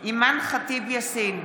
אימאן ח'טיב יאסין,